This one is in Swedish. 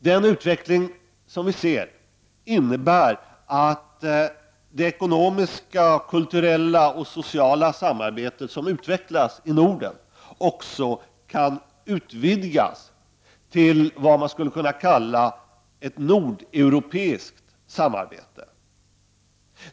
Den utveckling som vi ser innebär att det ekonomiska, kulturella och sociala samarbete som utvecklas i Norden också kan utvidgas till vad man skulle kunna kalla ett nordeuropeiskt samarbete.